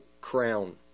crown